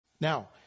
Now